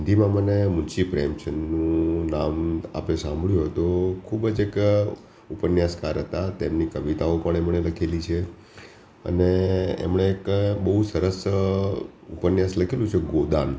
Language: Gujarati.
હિન્દીમાં મને મુન્શી પ્રેમચંદ નામ આપે સાંભળ્યું હોય તો ખૂબ જ એક ઉપન્યાસકાર હતા તેમની કવિતાઓ પણ એમણે લખેલી છે અને એમણે એક બહુ સરસ ઉપન્યાસ લખેલું છે ગોદાન